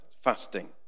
fasting